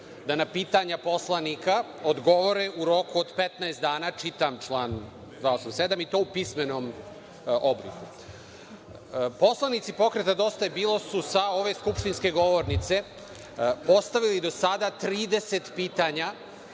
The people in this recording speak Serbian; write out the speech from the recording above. da na pitanja poslanika odgovore u roku od 15 dana, čitam član 287, i to u pismenom obliku. Poslanici pokreta Dosta je bilo su sa ove skupštinske govornice postavili do sada 30 pitanja